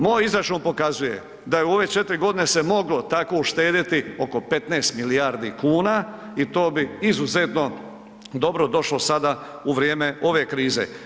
Moj izračun pokazuje da je u ove 4.g. se moglo tako uštedjeti oko 15 milijardi kuna i to bi izuzetno dobro došlo sada u vrijeme ove krize.